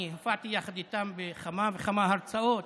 אני הופעתי יחד איתם בכמה וכמה הרצאות